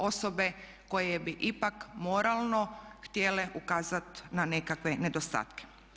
Osobe koje bi ipak moralno htjele ukazati na nekakve nedostatke.